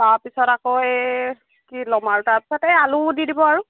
তাৰপিছত আকৌ এই কি ল'ম আৰু তাৰপিছত সেই আলুগুটি দিব আৰু